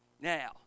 Now